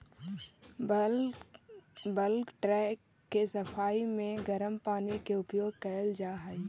bulk tank के सफाई में गरम पानी के उपयोग कैल जा हई